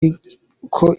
igikorwa